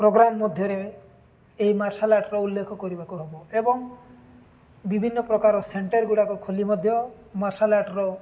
programme ମଧ୍ୟରେ ଏହିଇ martial ଆର୍ଟର ଉଲ୍ଲେଖ କରିବାକୁ ହବ ଏବଂ ବିଭିନ୍ନ ପ୍ରକାର ସେଣ୍ଟର ଗୁଡ଼ାକ ଖୋଲି ମଧ୍ୟ ମାର୍ଶାଲ୍ ଆର୍ଟର